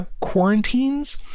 quarantines